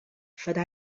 farà